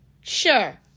Sure